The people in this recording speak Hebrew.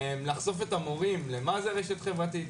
לחשוף את המורים למה זה רשת חברתית,